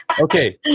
Okay